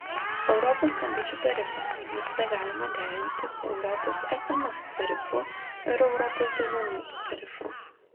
europos skambučių tarifą visada galima derinti su europos sms tarifu ir europos duomenų tarifu